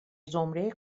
زمره